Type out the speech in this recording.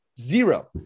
Zero